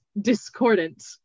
discordant